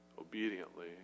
obediently